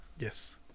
Yes